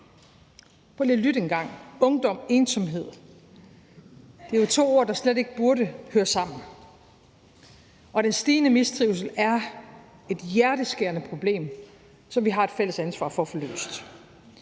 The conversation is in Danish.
lige at lytte en gang: Ungdom og ensomhed er jo to ord, der slet ikke burde høre sammen, og den stigende mistrivsel er et hjerteskærende problem, som vi har et fælles ansvar for at få løst.